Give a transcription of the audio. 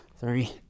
three